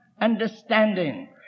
understanding